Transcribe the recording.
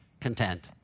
content